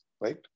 right